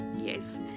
Yes